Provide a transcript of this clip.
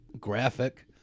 graphic